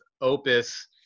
Opus